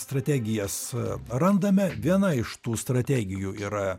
strategijas randame viena iš tų strategijų yra